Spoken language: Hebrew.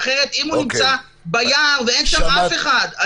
אחרת אם הוא נמצא ביער ואין שם אף אחד,